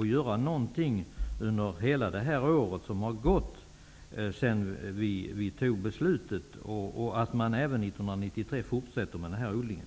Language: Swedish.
att göra någonting under hela det år som har gått sedan beslutet fattades, och att man fortfarande 1993 fortsätter med denna odling.